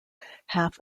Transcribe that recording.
half